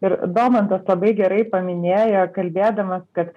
ir domantas labai gerai paminėjo kalbėdamas kad